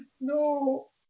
No